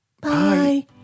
bye